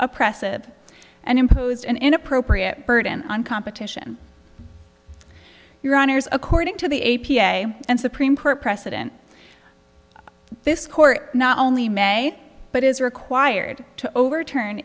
oppressive and imposed an inappropriate burden on competition your honour's according to the a p a and supreme court precedent this court not only may but is required to overturn